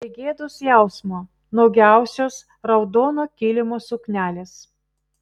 be gėdos jausmo nuogiausios raudono kilimo suknelės